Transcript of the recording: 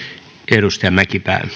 arvoisa